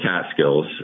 Catskills